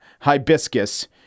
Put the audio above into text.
Hibiscus